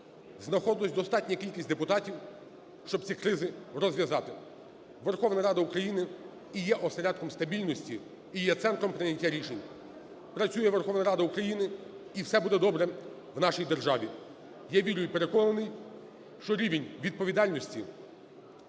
знаходилась достатня кількість депутатів, щоб ці кризи розв'язати. Верховна Рада України і є осередком стабільності і є центром прийняття рішень. Працює Верховна Рада України, і все буде добре в нашій державі. Я вірю і переконаний, що рівень відповідальності